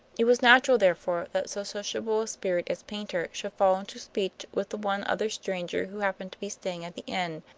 it was natural, therefore, that so sociable a spirit as paynter should fall into speech with the one other stranger who happened to be staying at the inn,